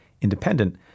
independent